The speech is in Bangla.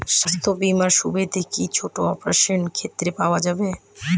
স্বাস্থ্য বীমার সুবিধে কি ছোট অপারেশনের ক্ষেত্রে পাওয়া যাবে?